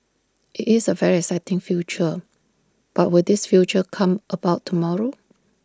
it's A very exciting future but will this future come about tomorrow